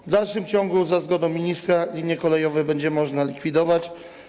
W dalszym ciągu za zgodą ministra linie kolejowe będzie można likwidować.